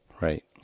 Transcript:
Right